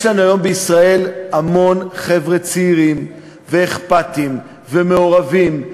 יש לנו היום בישראל המון חבר'ה צעירים ואכפתיים ומעורבים,